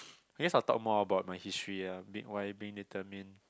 I guess I'll talk more about my history ah being why being determined